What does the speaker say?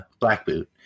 Blackboot